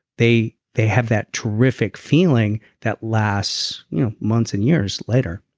they they have that terrific feeling that lasts months and years later